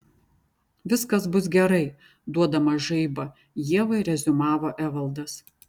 viskas bus gerai duodamas žaibą ievai reziumavo evaldas